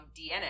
DNA